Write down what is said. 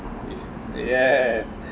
is yes